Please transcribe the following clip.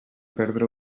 perdre